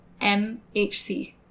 MHC